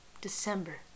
December